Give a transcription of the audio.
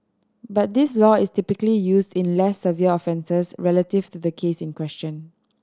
but this law is typically used in less severe offences relative to the case in question